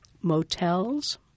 motels